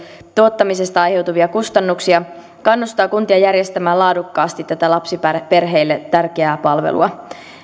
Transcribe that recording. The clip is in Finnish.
tuottamisesta aiheutuvia kustannuksia kannustaa kuntia järjestämään laadukkaasti tätä lapsiperheille tärkeää palvelua